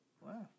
Wow